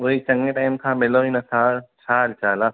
वरी चङे टाइम खां मिलो ई नथां छा हाल चाल आहे